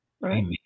Right